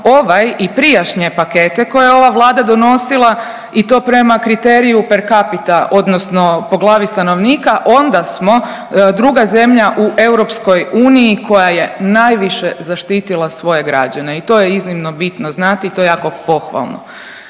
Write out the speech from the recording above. ovaj i prijašnje pakete koje je ova Vlada donosila i to prema kriteriju per capita odnosno po glavi stanovnika onda smo 2 zemlja u EU koja je najviše zaštitila svoje građane. I to je iznimno bitno znati i to je jako pohvalno.